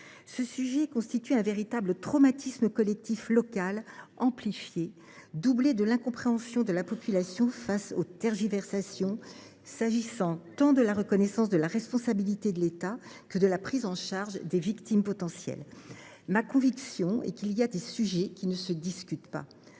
Ce sujet constitue un véritable traumatisme collectif local, qui se double d’une incompréhension de la population face aux tergiversations politiques, s’agissant tant de la reconnaissance de la responsabilité de l’État que de la prise en charge des victimes potentielles. Ma conviction est qu’il y a des sujets qui ne doivent pas